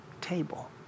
table